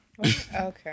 Okay